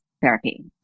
therapy